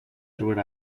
edward